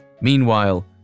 Meanwhile